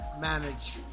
manage